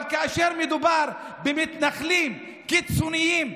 אבל כאשר מדובר במתנחלים קיצוניים,